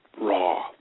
raw